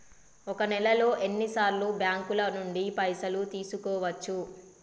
ఒక నెలలో ఎన్ని సార్లు బ్యాంకుల నుండి పైసలు తీసుకోవచ్చు?